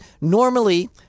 normally